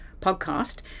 podcast